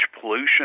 pollution